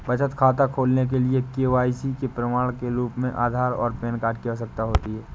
बचत खाता खोलने के लिए के.वाई.सी के प्रमाण के रूप में आधार और पैन कार्ड की आवश्यकता होती है